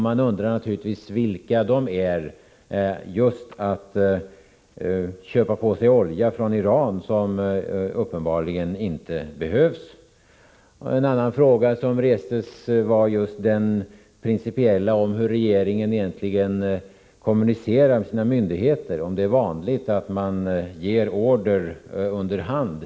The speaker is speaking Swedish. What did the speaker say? Man undrar naturligtvis vilka sådana skäl som kunde motivera att man köper på sig olja från Iran som uppenbarligen inte behövs. En annan, principiell fråga som restes gällde hur regeringen egentligen kommunicerar med sina myndigheter och om det är vanligt att regeringen ger dem order under hand.